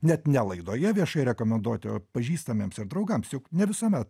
net ne laidoje viešai rekomenduoti o pažįstamiems ir draugams juk ne visuomet